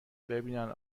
ببینن